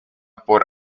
por